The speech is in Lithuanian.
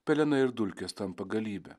pelenai ir dulkės tampa galybe